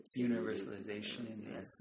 universalization